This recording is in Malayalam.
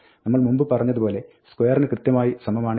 നമ്മൾ മുൻപ് പറഞ്ഞതുപോലെ square ന് കൃത്യമായി സമമാണ് f